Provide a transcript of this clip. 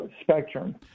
spectrum